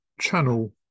channel